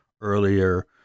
earlier